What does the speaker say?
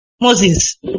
Moses